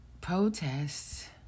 protests